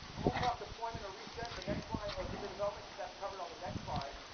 and we'll talk deployment or reset, the next line, or leader development, cause that's covered on the next slide.